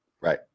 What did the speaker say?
Right